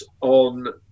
on